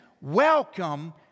welcome